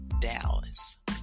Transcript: Dallas